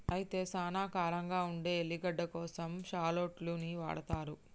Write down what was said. అయితే సానా కారంగా ఉండే ఎల్లిగడ్డ కోసం షాల్లోట్స్ ని వాడతారు